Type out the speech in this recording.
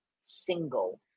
single